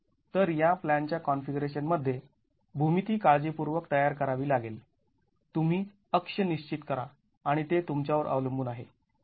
तर या प्लॅन च्या कॉन्फिगरेशन मध्ये भूमिती काळजीपूर्वक तयार करावी लागेल तुम्ही अक्ष निश्चित करा आणि ते तुमच्यावर अवलंबून आहे